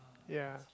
ya